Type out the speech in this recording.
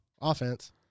offense